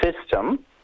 system